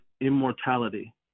immortality